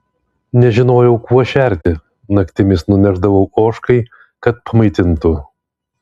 nežinojau kuo šerti naktimis nunešdavau ožkai kad pamaitintų